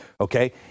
okay